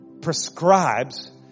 prescribes